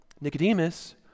Nicodemus